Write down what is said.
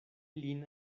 lin